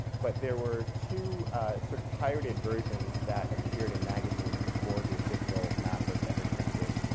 but there were two sort of pirated versions that appeared in magazines before the official map was ever printed.